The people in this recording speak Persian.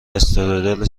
استرودل